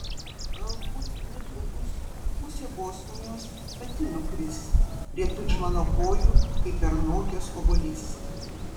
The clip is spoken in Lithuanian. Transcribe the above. galbūt netrukus pusė bosnijos pati nukris prie tudžmano kojų kaip pernokęs obuolys